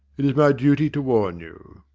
it is my duty to warn you.